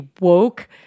woke